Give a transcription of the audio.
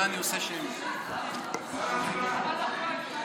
ממשלת ברדק.